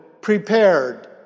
prepared